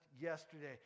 yesterday